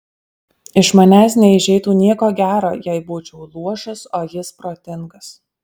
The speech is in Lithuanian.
iš manęs neišeitų nieko gero jei būčiau luošas o jis protingas